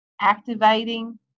activating